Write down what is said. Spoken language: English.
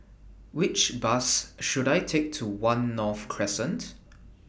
Which Bus should I Take to one North Crescent